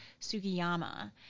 Sugiyama